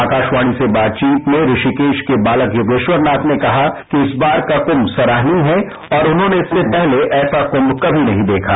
आकाशवाणी से बातचीत में ऋषिकेश के बालक योगेश्वरनाथ ने कहा कि इस बार का कुंभ सराहनीय है और उन्होंने इससे पहले ऐसा कुंभ कभी नहीं देखा